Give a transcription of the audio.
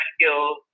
skills